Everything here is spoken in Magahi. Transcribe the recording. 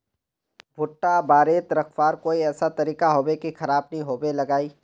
भुट्टा बारित रखवार कोई ऐसा तरीका होबे की खराब नि होबे लगाई?